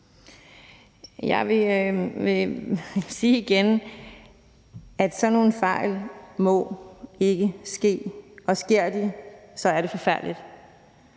Jeg vil sige igen, at sådan nogle fejl ikke må ske. Og sker de, er det forfærdeligt.